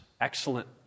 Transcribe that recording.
Excellent